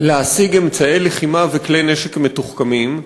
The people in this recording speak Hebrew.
להשיג אמצעי לחימה וכלי נשק מתוחכמים.